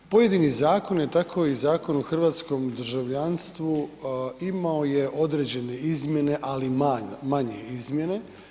Pojedini zakoni, tako i Zakon o hrvatskom državljanstvu imao je određene izmjene, ali manje izmjene.